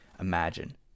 imagine